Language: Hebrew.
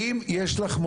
את יודעת מה.